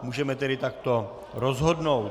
Můžeme tedy takto rozhodnout.